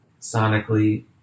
sonically